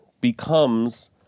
becomes